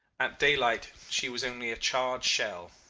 at daylight she was only a charred shell,